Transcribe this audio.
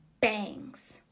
bangs